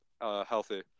healthy